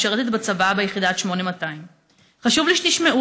משרתת בצבא ביחידת 8200. חשוב לי שתשמעו